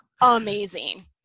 Amazing